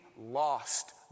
lost